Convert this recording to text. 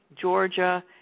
Georgia